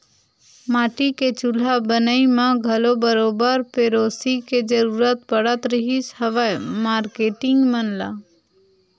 माटी के चूल्हा बनई म घलो बरोबर पेरोसी के जरुरत पड़त रिहिस हवय मारकेटिंग मन ल